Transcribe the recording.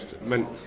meant